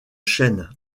chaîne